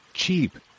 Cheap